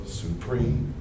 supreme